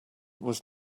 was